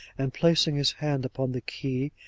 and placing his hand upon the key,